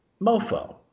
mofo